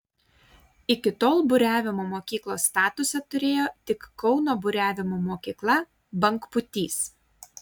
iki tol buriavimo mokyklos statusą turėjo tik kauno buriavimo mokykla bangpūtys